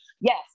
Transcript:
yes